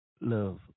Love